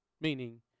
meaning